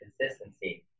consistency